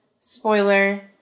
spoiler